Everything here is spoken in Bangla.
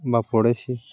বা পড়েছি